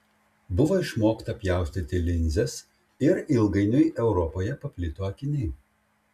buvo išmokta pjaustyti linzes ir ilgainiui europoje paplito akiniai